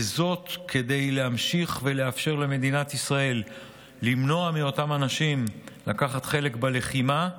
וזאת כדי להמשיך לאפשר למדינת ישראל למנוע מאותם אנשים לקחת חלק בלחימה,